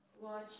watch